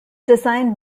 designed